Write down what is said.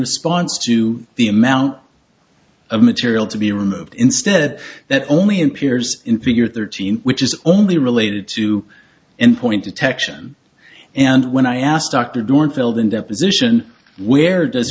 response to the amount of material to be removed instead that only appears in figure thirteen which is only related to in point detection and when i asked dr dorn filled in deposition where does